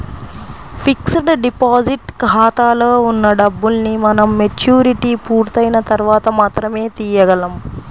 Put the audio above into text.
fixed deposit ఖాతాలో ఉన్న డబ్బుల్ని మనం మెచ్యూరిటీ పూర్తయిన తర్వాత మాత్రమే తీయగలం